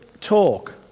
talk